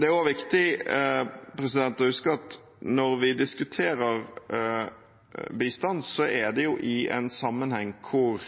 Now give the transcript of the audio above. Det er også viktig å huske at når vi diskuterer bistand, er det i en sammenheng hvor